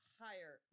higher